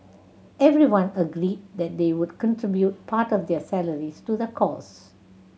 everyone agreed that they would contribute part of their salaries to the causes